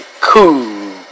Cool